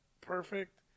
perfect